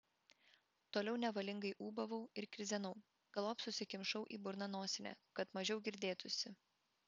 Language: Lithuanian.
toliau nevalingai ūbavau ir krizenau galop susikimšau į burną nosinę kad mažiau girdėtųsi